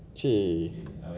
!chey!